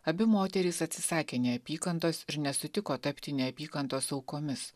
abi moterys atsisakė neapykantos ir nesutiko tapti neapykantos aukomis